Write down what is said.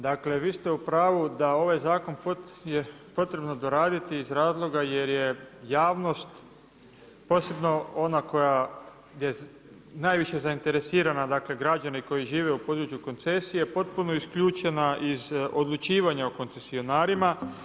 Dakle vi ste u pravu da ovaj zakon je potrebno doraditi iz razloga jer je javnost posebno ona koja je najviše zainteresirana, dakle građani koji žive u području koncesije potpuno isključena iz odlučivanja o koncesionarima.